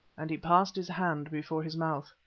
and he passed his hand before his mouth.